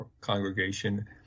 congregation